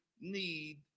need